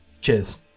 cheers